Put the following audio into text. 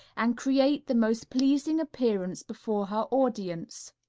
and create the most pleasing appearance before her audience.